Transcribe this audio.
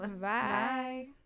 Bye